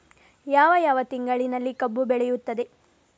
ಯಾವ ಯಾವ ತಿಂಗಳಿನಲ್ಲಿ ಕಬ್ಬು ಬೆಳೆಯುತ್ತದೆ?